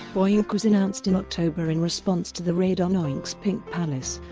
boink was announced in october in response to the raid on oink's pink palace,